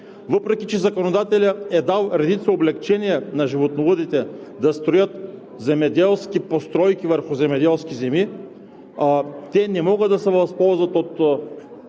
Въпреки че законодателят е дал редица облекчения на животновъдите да строят земеделски постройки върху земеделски земи, те не могат да се възползват от